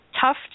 tough